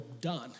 done